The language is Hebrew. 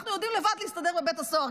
אנחנו יודעים להסתדר לבד בבית הסוהר.